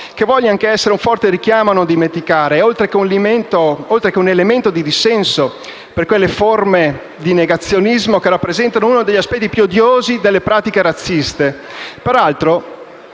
che voglia anche essere un forte richiamo a non dimenticare, oltre che un elemento di dissenso per quelle forme di negazionismo che rappresentano uno degli aspetti più odiosi delle pratiche razziste,